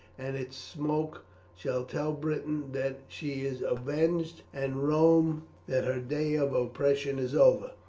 and its smoke shall tell britain that she is avenged, and rome that her day of oppression is over.